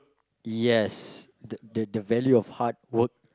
yes the the the value of hard work